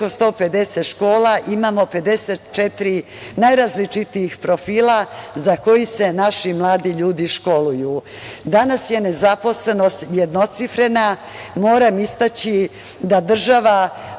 150 škola imamo 54 najrazličitijih profila za koje se naši mladi ljudi školuju. Danas je nezaposlenost jednocifrena. Moram istaći da država